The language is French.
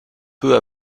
peu